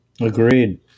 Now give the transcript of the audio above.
Agreed